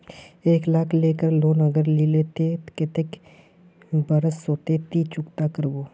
एक लाख केर लोन अगर लिलो ते कतेक कै बरश सोत ती चुकता करबो?